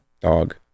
dog